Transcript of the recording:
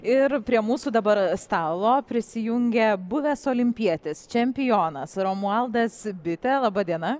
ir prie mūsų dabar stalo prisijungia buvęs olimpietis čempionas romualdas bitė laba diena